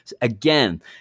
Again